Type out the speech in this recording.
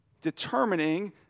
determining